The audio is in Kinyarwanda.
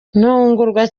ntungurwa